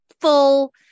full